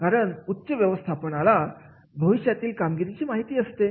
कारण उच्च व्यवस्थापनाला भविष्यातल्या कामगिरीची माहिती असते